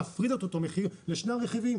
להפריד את אותו מחיר לשני הרכיבים,